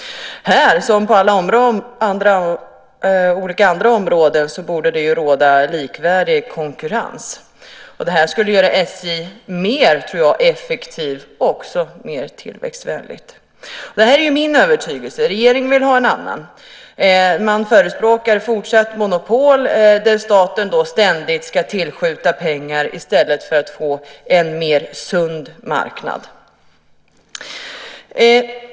Här, som på olika andra områden, borde det råda likvärdig konkurrens. Det skulle göra SJ mer effektivt och mer tillväxtvänligt. Det här är min övertygelse. Regeringen har en annan. Man förespråkar fortsatt monopol, där staten ständigt ska tillskjuta pengar i stället för att få en mer sund marknad.